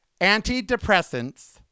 antidepressants